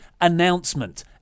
announcement